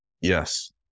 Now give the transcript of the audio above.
Yes